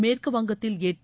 மேற்கு வங்கத்தில் எட்டு